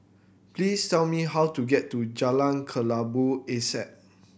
please tell me how to get to Jalan Kelabu Asap